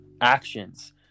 actions